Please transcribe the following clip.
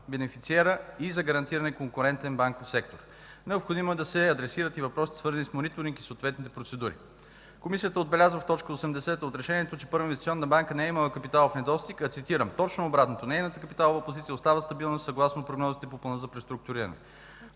бенефициера и за гарантиране на конкурентен банков сектор. Необходимо е да се адресират и въпросите, свързани с мониторинг и съответните процедури. Комисията отбелязва в т. 80 от Решението си, че Първа инвестиционна банка не е имала капиталов недостиг, а точно обратното, цитирам: „Нейната капиталова позиция остава стабилна, съгласно прогнозите по Плана за преструктуриране.